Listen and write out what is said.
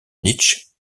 nietzsche